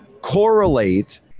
correlate